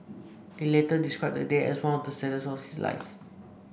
he later described the day as one of the saddest of his lives